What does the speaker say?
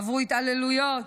עברו התעללויות,